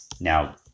Now